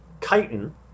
chitin